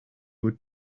would